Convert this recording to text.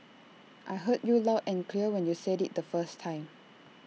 I heard you loud and clear when you said IT the first time